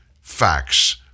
facts